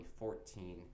2014